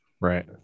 right